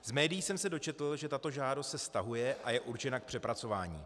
Z médií jsem se dočetl, že tato žádost se stahuje a je určena k přepracování.